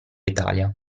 italia